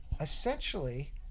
Essentially